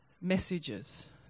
messages